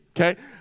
Okay